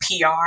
PR